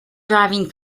driving